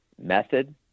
method